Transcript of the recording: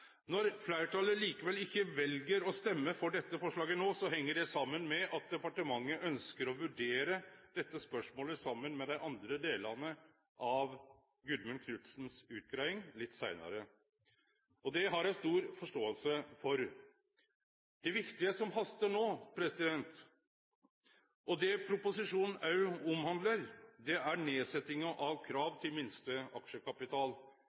Når fleirtalet likevel ikkje vel å stemme for dette forslaget no, heng det saman med at departementet ønskjer å vurdere dette spørsmålet saman med dei andre delane av Gudmund Knudsens utgreiing litt seinare. Det har eg stor forståing for. Det viktige no, det som hastar – og det proposisjonen også omhandlar – er nedsetjinga av krav til minste aksjekapital. Derfor blir det